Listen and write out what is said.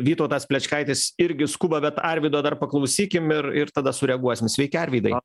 vytautas plečkaitis irgi skuba bet arvydo dar paklausykim ir ir tada sureaguosim sveiki arvydai